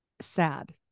sad